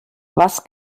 was